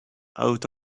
out